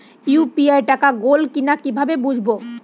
UPI টাকা গোল কিনা কিভাবে বুঝব?